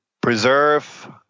preserve